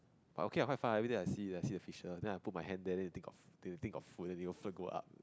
but okay ah quite fun ah every day I see I see the fishes then I put my hand there then they think of they think of food then they also go up